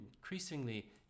increasingly